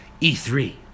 E3